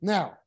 Now